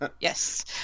yes